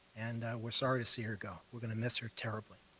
and we're sorry to see her go. we're going to miss her terribly.